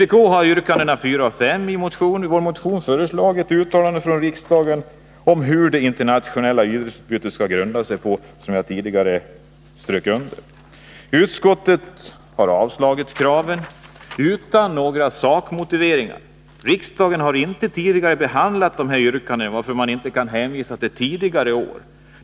Vpk har i yrkandena 4 och 5 i sin motion föreslagit ett uttalande från riksdagen att det internationella idrottsutbytet skall grunda sig på de förutsättningar som jag tidigare understrukit. Utskottet har avstyrkt dessa yrkanden utan några sakmotiveringar. Riksdagen har inte tidigare behandlat dessa yrkanden, varför man inte kan hänvisa till tidigare års uttalanden.